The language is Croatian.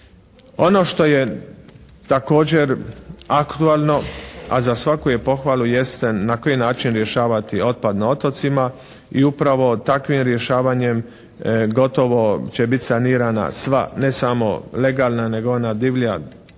Ono što je također aktualno, a za svaku pohvalu jeste na koji način rješavati otpad na otocima i upravo takvim rješavanjem gotovo će biti sanirana sva ne samo legalna, nego ona divlja